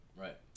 right